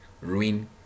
ruin